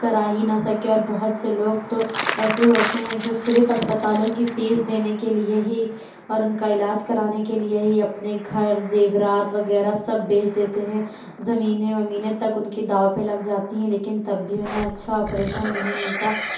کرا ہی نہ سکے اور بہت سے لوگ تو ایسے ہوتے ہیں جو صرف اسپتالوں کی فیس دینے کے لیے ہی اور ان کا علاج کرانے کے لیے ہی اپنے گھر زیورات وغیرہ سب بیچ دیتے ہیں زمینں ومینیں تک ان کی داؤ پہ لگ جاتی ہیں لیکن تب بھی انہیں اچھا آپریشن نہیں ملتا